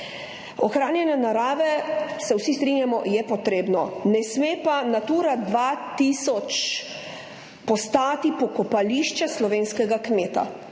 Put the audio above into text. Ohranjanje narave, vsi se strinjamo, je potrebno, ne sme pa Natura 2000 postati pokopališče slovenskega kmeta.